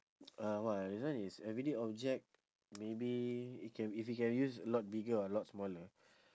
uh !wah! this one is everyday object maybe it can if we can use a lot bigger or a lot smaller